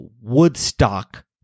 Woodstock